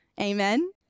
Amen